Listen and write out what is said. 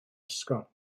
ysgol